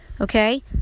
Okay